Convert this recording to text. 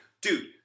Dude